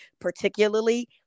particularly